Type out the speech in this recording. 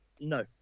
No